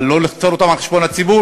אבל לא לפתור אותן על חשבון הציבור.